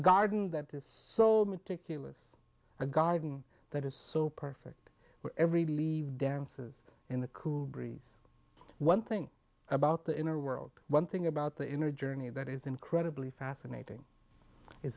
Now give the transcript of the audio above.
garden that is so meticulous a garden that is so perfect where every believe dances in the cool breeze one thing about the inner world one thing about the inner journey that is incredibly fascinating